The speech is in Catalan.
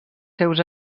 seus